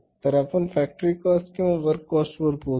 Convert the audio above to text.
तर आपण factory cost किंवा वर्क काॅस्टवर पोहोचू